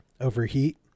Overheat